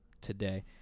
today